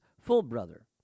full-brother